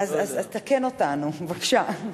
אז תקן אותנו, בבקשה.